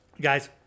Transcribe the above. guys